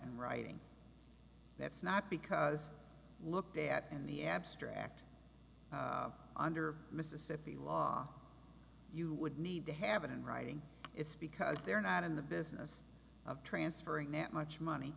in writing that's not because looked at in the abstract under mississippi law you would need to have it in writing if because they're not in the business of transferring that much money